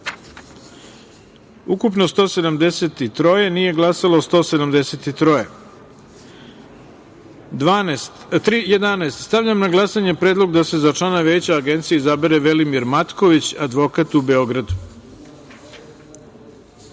ukupno - 173, nije glasalo – 173.11. Stavljam na glasanje predlog da se za člana Veća Agencije izabere Velimir Matković, advokat u